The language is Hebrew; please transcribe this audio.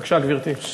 בבקשה, גברתי.